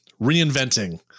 reinventing